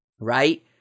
right